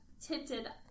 tinted